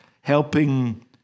helping